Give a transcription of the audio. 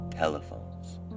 Telephones